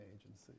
agency